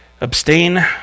Abstain